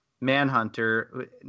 Manhunter